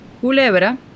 Culebra